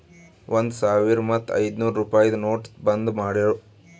ಒಂದ್ ಸಾವಿರ ಮತ್ತ ಐಯ್ದನೂರ್ ರುಪಾಯಿದು ನೋಟ್ ಬಂದ್ ಮಾಡಿರೂ